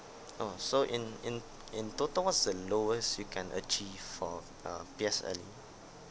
oh so in in in total what's the lowest we can achieve for uh P_S_L_E